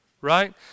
right